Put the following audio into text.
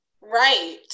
Right